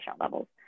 levels